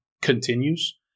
continues